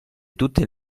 tutte